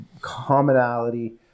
commonality